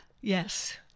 Yes